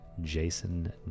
Jason